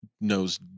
knows